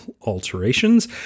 alterations